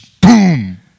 Boom